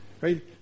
right